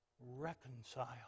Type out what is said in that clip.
reconcile